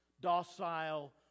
docile